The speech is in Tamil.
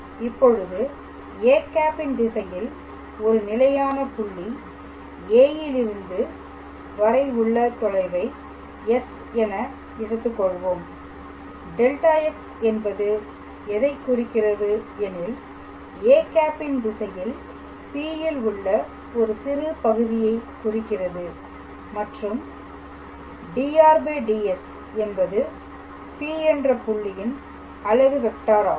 இப்பொழுது â ன் திசையில் ஒரு நிலையான புள்ளி A யிலிருந்து வரை உள்ள தொலைவை S என எடுத்துக் கொள்வோம் δx என்பது எதை குறிக்கிறது எனில் â ன் திசையில் P ல் ஒரு சிறிய பகுதியை குறிக்கிறது மற்றும் dr ds என்பது P என்ற புள்ளியின்அலகு வெக்ட்டாரகும்